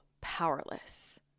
powerless